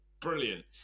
Brilliant